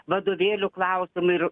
vadovėlių klausimų ir